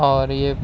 اور یہ